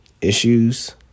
issues